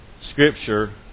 scripture